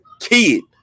kid